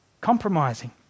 compromising